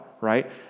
right